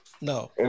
No